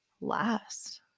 last